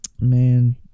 man